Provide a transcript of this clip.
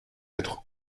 être